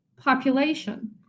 population